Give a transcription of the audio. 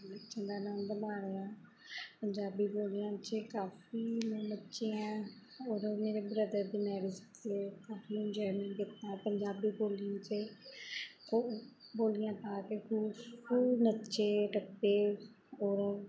ਨੱਚਣ ਦਾ ਆਨੰਦ ਮਾਣਿਆ ਪੰਜਾਬੀ ਬੋਲੀਆਂ 'ਚ ਕਾਫੀ ਮੈਂ ਨੱਚੀ ਹਾਂ ਔਰ ਮੇਰੇ ਬ੍ਰਦਰ ਦੀ ਮੈਰਿਜ 'ਤੇ ਕਾਫੀ ਇੰਜੋਏਮੈਂਟ ਕੀਤਾ ਪੰਜਾਬੀ ਬੋਲੀਆਂ 'ਤੇ ਉਹ ਬੋਲੀਆਂ ਪਾ ਕੇ ਖੂਬ ਖੂਬ ਨੱਚੇ ਟੱਪੇ ਔਰ